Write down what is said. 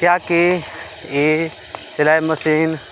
किएकि ई सिलाइ मशीन